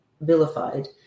vilified